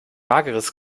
mageres